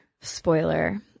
spoiler